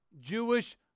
Jewish